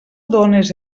dónes